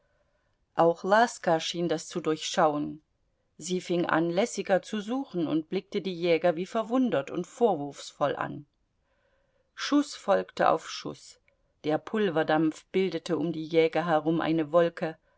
auch laska schien das zu durchschauen sie fing an lässiger zu suchen und blickte die jäger wie verwundert und vorwurfsvoll an schuß folgte auf schuß der pulverdampf bildete um die jäger herum eine wolke